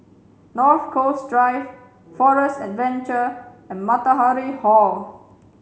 North Coast Drive Forest Adventure and Matahari Hall